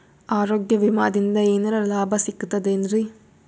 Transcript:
ಆರೋಗ್ಯ ವಿಮಾದಿಂದ ಏನರ್ ಲಾಭ ಸಿಗತದೇನ್ರಿ?